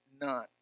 None